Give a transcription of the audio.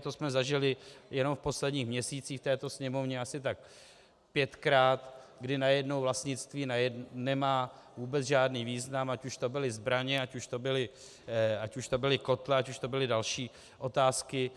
To jsme zažili jenom v posledních měsících v této Sněmovně asi tak pětkrát, kdy najednou vlastnictví nemá vůbec žádný význam, ať už to byly zbraně, ať už to byly kotle, ať už to byly další otázky,